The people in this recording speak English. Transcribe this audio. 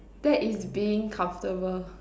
that is being comfortable